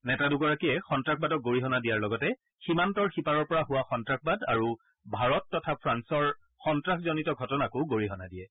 নেতা দুগৰাকীয়ে সন্তাসবাদক গৰিহণা দিয়াৰ লগতে সীমান্তৰ সিপাৰৰ পৰা হোৱা সন্তাসবাদ আৰু ভাৰত তথা ফ্ৰান্সৰ সন্ত্ৰাসজনিত ঘটনাকো গৰিহণা দিয়ে